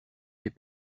les